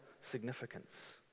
significance